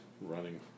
running